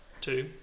Two